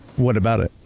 what about it?